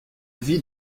vit